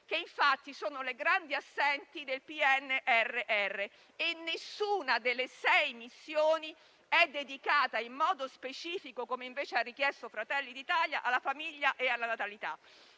che infatti sono le grandi assenti del PNRR, e nessuna delle sei missioni è dedicata in modo specifico - come invece ha richiesto Fratelli d'Italia - alla famiglia e alla natalità.